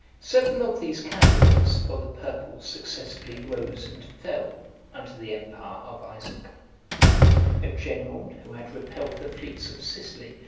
several of these candidates for the purple successively rose and fell under the empire of isaac a general, who had repelled the fleets of sicily,